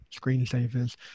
screensavers